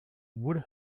would